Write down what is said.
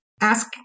ask